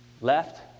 left